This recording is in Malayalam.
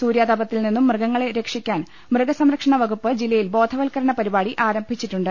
സൂര്യാതപത്തിൽ നിന്നും മൃഗങ്ങളെ രക്ഷിക്കാൻ മൃഗസംരക്ഷണ വകുപ്പ് ജില്ലയിൽ ബോധവത്കരണ പരിപാടി ആരംഭിച്ചിട്ടുണ്ട്